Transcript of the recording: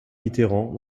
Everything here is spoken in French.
mitterrand